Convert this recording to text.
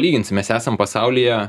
lyginsi mes esam pasaulyje